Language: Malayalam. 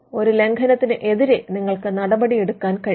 ഒരു ലംഘനത്തിന് എതിരെ നിങ്ങൾക്ക് നടപടിയെടുക്കാൻ കഴിയും